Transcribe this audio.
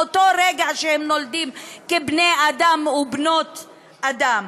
מהרגע שהם נולדים כבני אדם ובנות אדם.